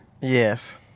Yes